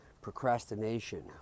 Procrastination